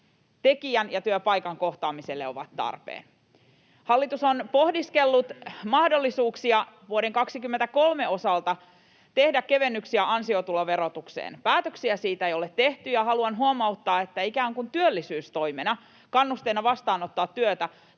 työntekijän ja työpaikan kohtaamiselle ovat tarpeen. Hallitus on pohdiskellut vuoden 23 osalta mahdollisuuksia tehdä kevennyksiä ansiotuloverotukseen. Päätöksiä siitä ei ole tehty, ja haluan huomauttaa, että ikään kuin työllisyystoimena, kannusteena vastaanottaa työtä,